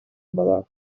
было